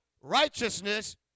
Righteousness